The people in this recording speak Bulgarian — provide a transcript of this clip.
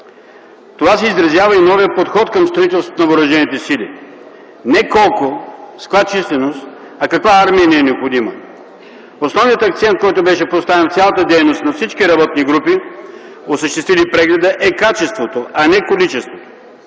това се изразява и новият подход към строителството на въоръжените сили – не колко, с каква численост, а каква армия ни е необходима. Основният акцент, който беше поставен в цялата дейност на всички работни групи, осъществили прегледа, е качеството, а не количеството